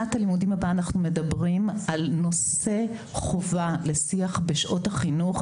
מדברים על נושא חובה לשיח בשעות החינוך,